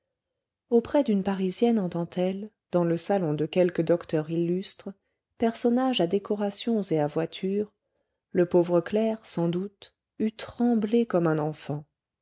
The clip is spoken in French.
auprès d'une parisienne en dentelles dans le salon de quelque docteur illustre personnage à décorations et à voiture le pauvre clerc sans doute eût tremblé comme un enfant